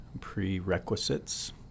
prerequisites